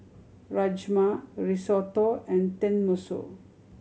Rajma Risotto and Tenmusu